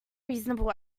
reasonable